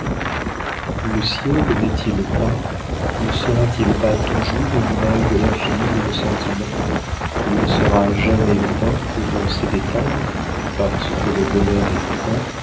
le ciel n'est-il pas ne sera-t-il pas toujours une image de l'infini de nos sentiments qui ne sera jamais peint que dans ses détails parce que le bonheur est un